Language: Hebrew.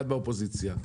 אחד מהאופוזיציה,